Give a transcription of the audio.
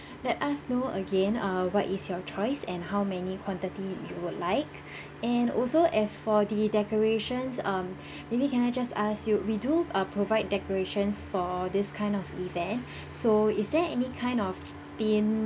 let us know again err what is your choice and how many quantity you would like and also as for the decorations um maybe can I just ask you we do uh provide decorations for this kind of event so is there any kind of theme